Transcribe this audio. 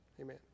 Amen